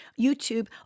YouTube